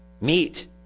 Meet